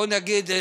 בוא נגיד,